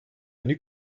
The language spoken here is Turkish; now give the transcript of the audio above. günü